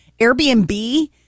Airbnb